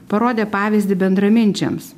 parodė pavyzdį bendraminčiams